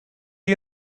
you